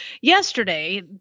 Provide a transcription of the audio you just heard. yesterday